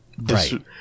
Right